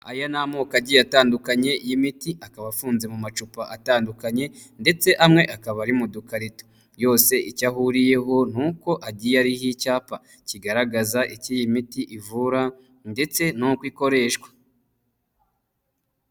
Ayo ni amoko agiye atandukanye y'imiti akaba afunze mu macupa atandukanye ndetse amwe akaba ari mu dukarito, yose icyo ahuriyeho ni uko agiye ariho icyapa kigaragaza ikcyo iyi miti ivura ndetse n'uko ikoreshwa.